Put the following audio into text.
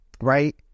right